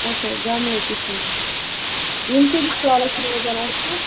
اچھا گملہٕ تہِ چھُو یِم کۭتِس کالس روزان اسہِ